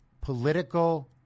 political